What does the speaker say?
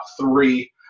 three